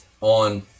On